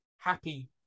Happy